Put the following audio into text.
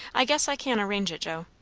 i guess i can arrange it, joe.